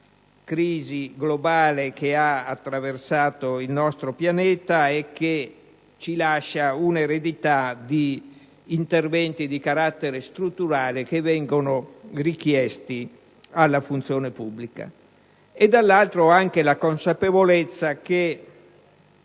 crisi globale che ha attraversato il nostro pianeta e che ci lascia un'eredità di interventi di carattere strutturale che vengono richiesti alla funzione pubblica. Per altro verso, vi era anche la consapevolezza che